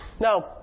Now